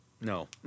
No